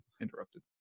interrupted